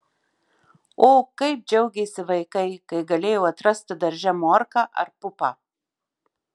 o kaip džiaugėsi vaikai kai galėjo atrasti darže morką ar pupą